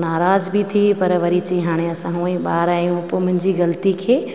नाराज़ बि थी पर वरी चयईं हाणे असां हूंअं ई ॿार आहियूं पोइ मुंहिंजी ग़लिती खे